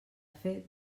fet